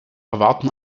erwarten